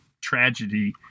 tragedy